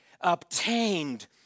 obtained